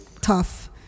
tough